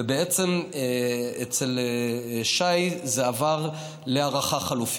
ובעצם אצל שי זה עבר להערכה חלופית.